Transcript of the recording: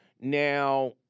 Now